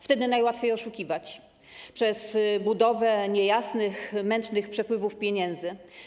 Wtedy najłatwiej oszukiwać - poprzez budowę niejasnych, mętnych przepływów pieniędzy.